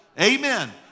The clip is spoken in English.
Amen